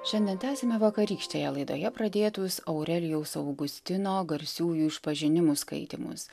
šiandien tęsiame vakarykštėje laidoje pradėtus aurelijaus augustino garsiųjų išpažinimų skaitymus